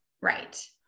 Right